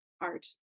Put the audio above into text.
art